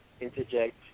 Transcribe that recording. interject